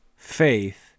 Faith